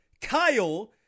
Kyle